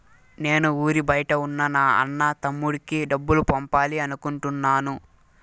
నేను ఊరి బయట ఉన్న నా అన్న, తమ్ముడికి డబ్బులు పంపాలి అనుకుంటున్నాను